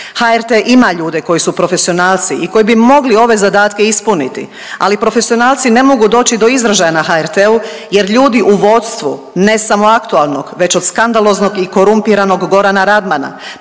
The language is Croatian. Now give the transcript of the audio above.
HRT ima ljude koji su profesionalci i koji bi mogli ove zadatke ispuniti, ali profesionalci ne mogu doći do izražaja na HRT-u jer ljudi u vodstvu ne samo aktualnog već od skandaloznog i korumpiranog Gorana Radmana